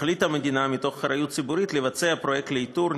החליטה המדינה מתוך אחריות ציבורית לבצע פרויקט לאיתור,